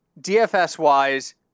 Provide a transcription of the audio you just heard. DFS-wise